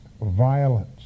violence